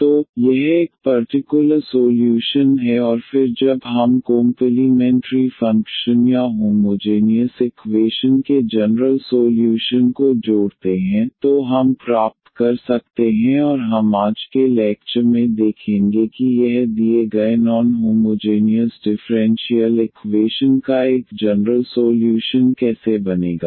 तो यह एक पर्टिकुलर सोल्यूशन है और फिर जब हम कोम्पलीमेंटरी फ़ंक्शन या होमोजेनियस इकवेशन के जनरल सोल्यूशन को जोड़ते हैं तो हम प्राप्त कर सकते हैं और हम आज के लैक्चर में देखेंगे कि यह दिए गए नॉन होमोजेनियस डिफ़्रेंशियल इकवेशन का एक जनरल सोल्यूशन कैसे बनेगा